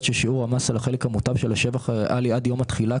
ששיעור המס על החלק המוטב של השבח הריאלי עד יום התחילה,